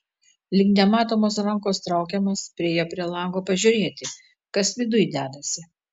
lyg nematomos rankos traukiamas priėjo prie lango pažiūrėti kas viduj dedasi